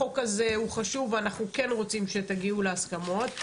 החוק הזה הוא חשוב ואנחנו כן רוצים להגיע להסכמות,